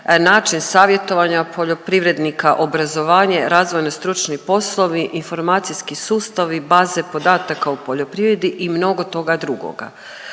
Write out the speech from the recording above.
način savjetovanja poljoprivrednika, obrazovanje, razvojno-stručni poslovi, informacijski sustavi, baze podataka u poljoprivredi i mnogo toga drugoga.